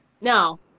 No